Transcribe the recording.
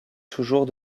toujours